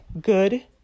good